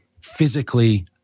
physically